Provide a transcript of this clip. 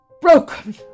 Broken